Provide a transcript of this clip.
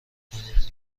کنید